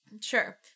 Sure